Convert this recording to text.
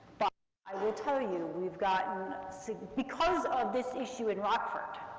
but i will tell you, we've gotten, so because of this issue in rockford,